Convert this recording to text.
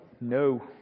No